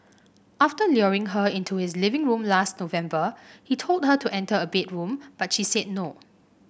after luring her into his living room last November he told her to enter a bedroom but she said no